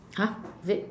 !huh! is it